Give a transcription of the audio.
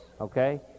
okay